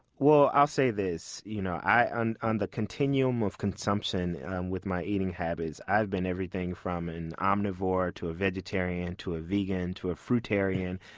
well, i'll say this. you know on on the continuum of consumption with my eating habits, i've been everything from an omnivore to a vegetarian to a vegan to a fruitarian.